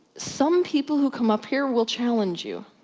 some people who come up here will challenge you.